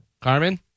Carmen